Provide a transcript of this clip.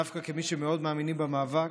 דווקא כמי שמאוד מאמינים במאבק,